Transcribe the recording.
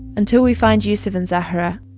until we find yusuf and zahra,